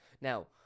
now